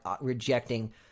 rejecting